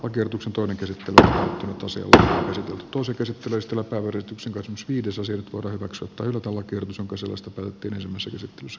odotuksen tunne tätä tosin tuo sekä sitä väistämättä vedetyksi viidesosa nyt voidaan hyväksyä tai hylätä lakiehdotus jonka sisällöstä päätettiin ensimmäisessä käsittelyssä